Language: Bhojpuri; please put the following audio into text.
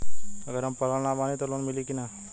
अगर हम पढ़ल ना बानी त लोन मिली कि ना?